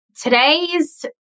today's